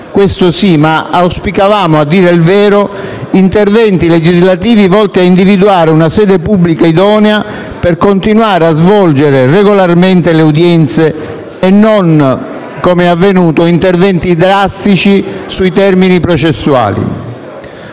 Questo sì; tuttavia, a dire il vero, auspicavamo interventi legislativi volti a individuare una sede pubblica idonea per continuare a svolgere regolarmente le udienze e non, come avvenuto, interventi drastici sui termini processuali.